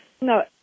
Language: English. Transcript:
No